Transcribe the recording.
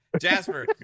Jasper